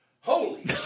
Holy